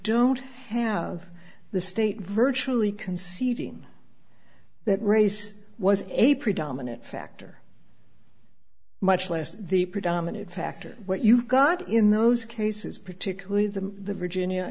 don't have the state virtually conceding that race was a predominant factor much less the predominant factor what you've got in those cases particularly the virgin ia